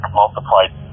multiplied